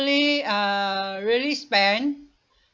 uh really spend